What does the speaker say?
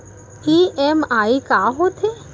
EMI का होथे?